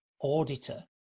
auditor